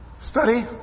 study